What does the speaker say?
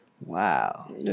Wow